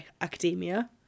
academia